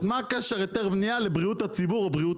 מה הקשר היתר בנייה לבריאות הציבור ובריאות